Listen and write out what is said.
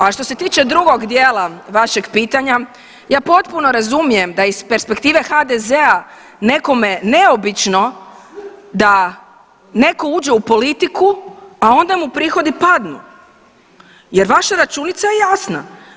A što se tiče drugog dijela vašeg pitanja, ja potpuno razumijem da iz perspektive HDZ-a nekome neobično da netko uđe u politiku, a onda mu prihodi padnu jer vaša računica je jasna.